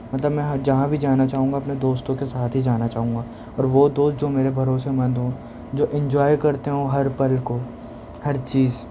مطلب میں جہاں بھی جانا چاہوں گا اپنے دوستوں کے ساتھ ہی جانا چاہوں گا اور وہ دوست جو میرے بھروسے مند ہوں جو انجوائے کرتے ہوں ہر پل کو ہر چیز